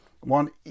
one